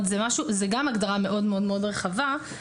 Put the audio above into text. זאת גם הגדרה מאוד מאוד רחבה.